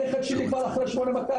הנכד שלי כבר אחרי 8200,